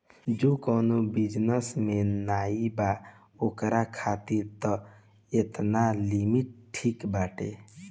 जे कवनो बिजनेस में नाइ बा ओकरा खातिर तअ एतना लिमिट ठीक बाटे